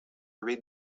read